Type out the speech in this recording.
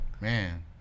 Man